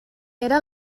era